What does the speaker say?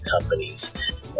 companies